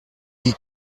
die